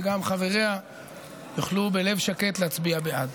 וגם חבריה יוכלו להצביע בעד בלב שקט.